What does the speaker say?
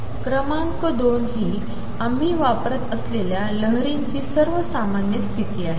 क्रमांक २ ही आम्ही वापरत असलेल्या लहरींची सर्वसामान्य स्थिती आहे